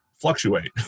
fluctuate